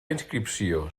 inscripció